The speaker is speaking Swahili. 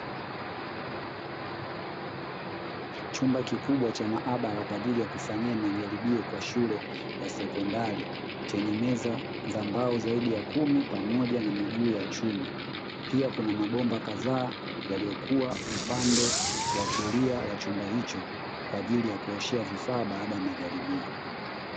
Chumba kikubwa cha maabara kwa ajili ya kufanyia majaribio kwa shule za sekondari, chenye meza za mbao zaidi ya kumi pamoja na miguu ya chuma. Pia kuna mabomba kadhaa yaliyokuwa upande wa kulia wa chumba hicho kwa ajili ya kuoshea vifaa baada ya majaribio.